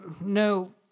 no